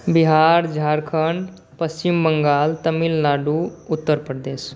Bihar Jharkhand Paschim Bangal Tamil Nadu Uttar Pradesh